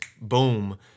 boom